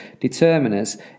determiners